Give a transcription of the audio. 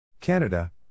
Canada